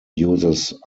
uses